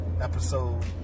episode